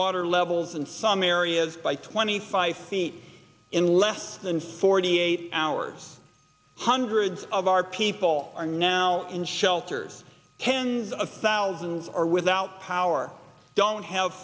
water levels in some areas by twenty five feet in less than forty eight hours hundreds of our people are now in shelters hands of thousands are without power don't have